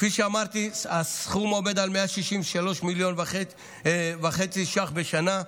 כפי שאמרתי, הסכום עומד על 163.5 מיליון ש"ח בשנה.